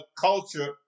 culture